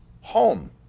home